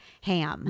ham